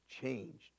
Changed